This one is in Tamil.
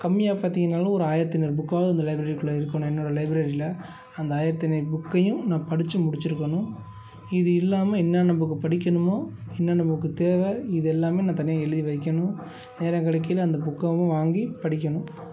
கம்மியாக பார்த்தீங்கனாலும் ஒரு ஆயிரத்தி ஐந்நூறு புக்காவது அந்த லைப்ரரிக்குள்ள இருக்கணும் என்னோடய லைப்ரரியில அந்த ஆயிரத்தி ஐந்நூறு புக்கையும் நான் படிச்சு முடிச்சிருக்கணும் இது இல்லாமல் என்னான்ன புக்கு படிக்கணுமோ என்னென்ன புக்கு தேவை இது எல்லாமே நான் தனியாக எழுதி வைக்கணும் நேரம் கிடைக்கயில அந்த புக்கவும் வாங்கிப் படிக்கணும்